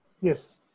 yes